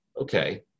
Okay